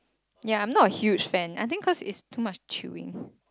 ya I'm not a huge fan I think cause it's too much chewing